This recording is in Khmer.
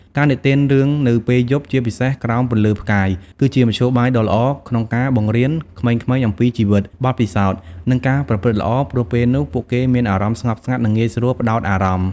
ការនិទានរឿងនៅពេលយប់ ជាពិសេសក្រោមពន្លឺផ្កាយ គឺជាមធ្យោបាយដ៏ល្អក្នុងការបង្រៀនក្មេងៗអំពីជីវិត បទពិសោធន៍ និងការប្រព្រឹត្តល្អ ព្រោះពេលនោះពួកគេមានអារម្មណ៍ស្ងប់ស្ងាត់ និងងាយស្រួលផ្ដោតអារម្មណ៍ ។